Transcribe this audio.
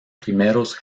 primeros